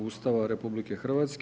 Ustava RH.